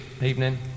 evening